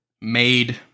made